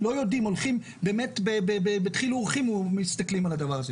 חלק לא יודעים והולכים באמת בדחילו ורחימו מסתכלים על הדבר הזה